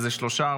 איזה שלושה,